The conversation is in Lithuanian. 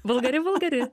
vulgari vulgari